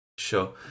Sure